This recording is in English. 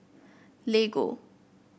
Lego